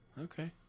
Okay